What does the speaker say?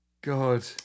God